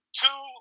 two